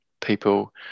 people